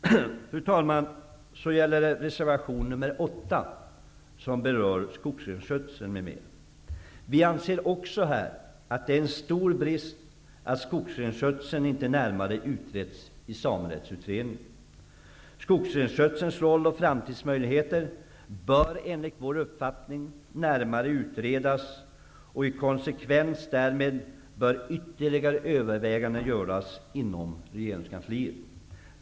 Fru talman! Reservation nr 8 berör skogsrenskötseln m.m. Vi anser också att det är en stor brist att skogsrenskötseln inte har utretts närmare i Samerättsutredningen. Skogsrenskötselns roll och framtidsmöjligheter bör enligt vår uppfattning närmare utredas. I konsekvens därmed bör ytterligare överväganden göras inom regeringskansliet.